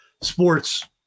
sports